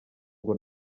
ngo